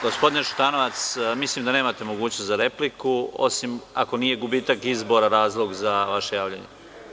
Gospodine Šutanovac mislim da nemate mogućnost za repliku, osim ako nije gubitak izbora razlog za vaše javljanje.